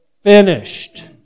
finished